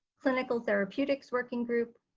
clinical therapeutics working group,